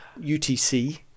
UTC